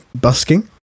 busking